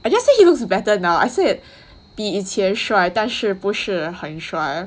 I just say he looks better now I said 比以前帅但是不是很帅